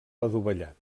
adovellat